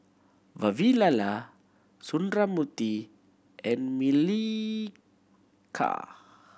Vavilala Sundramoorthy and Milkha